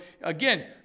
again